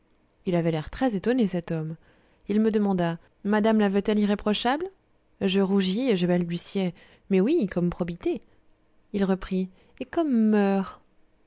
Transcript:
il avait l'air très étonné cet homme il demanda madame la veut-elle irréprochable je rougis et je balbutiai mais oui comme probité il reprit et comme moeurs